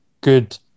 good